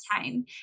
time